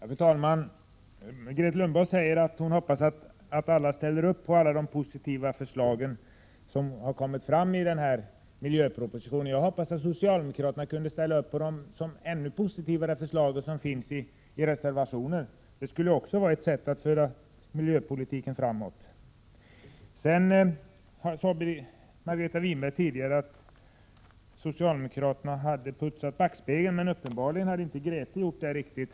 Fru talman! Grethe Lundblad säger att hon hoppas att alla ställer upp på alla de positiva förslag som har ställts i miljöpropositionen. Jag hoppades att socialdemokraterna skulle kunna ställa upp på de ännu positivare förslag som finns i reservationerna! Det skulle också vara ett sätt att föra miljöpolitiken framåt. Margareta Winberg sade tidigare att socialdemokraterna hade putsat backspegeln. Men uppenbarligen hade inte Grethe Lundblad gjort det riktigt.